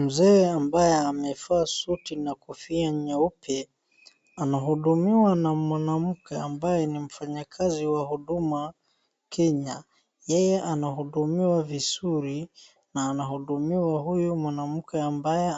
Mzee ambaye amevaa suti na kofia nyeupe, anahudumiwa na mwanamke ambaye ni mfanyikazi wa huduma Kenya. Yeye anahudumiwa vizuri na anahudumiwa huyu mwanamke ambaye